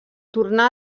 tornà